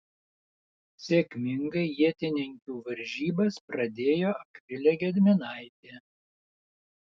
sėkmingai ietininkių varžybas pradėjo akvilė gedminaitė